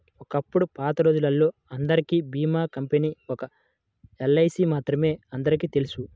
ఒకప్పుడు పాతరోజుల్లో అందరికీ భీమా కంపెనీ ఒక్క ఎల్ఐసీ మాత్రమే అందరికీ తెలుసు